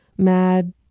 mad